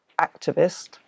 activist